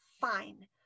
fine